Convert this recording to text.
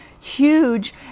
huge